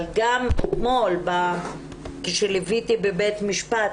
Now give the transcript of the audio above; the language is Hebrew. גם אתמול כשליוויתי בבית משפט